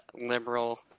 liberal